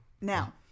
Now